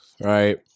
Right